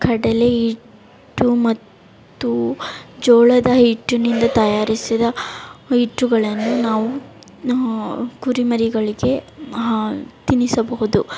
ಕಡಲೇ ಇಟ್ಟು ಮತ್ತು ಜೋಳದ ಹಿಟ್ಟಿನಿಂದ ತಯಾರಿಸಿದ ಹಿಟ್ಟುಗಳನ್ನು ನಾವು ಕುರಿಮರಿಗಳಿಗೆ ತಿನ್ನಿಸಬಹುದು